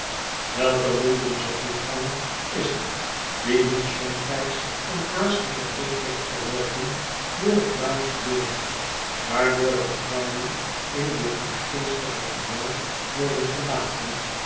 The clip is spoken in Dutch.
welke londensche voetganger is er die niet somtijds een haastigen blik heeft geworpen door het lage deurtje waardoor de gevangenen in dit naargeestige gebouw word en gelaten